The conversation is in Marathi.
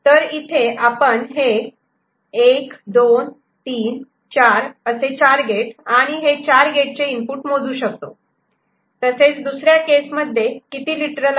तर इथे आपण हे 1234 असे 4 गेट आणि हे चार गेटचे इनपुट मोजू शकतो तसेच दुसऱ्या केस मध्ये किती लिटरल आहेत